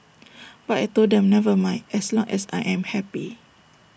but I Told them never mind as long as I am happy